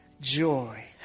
joy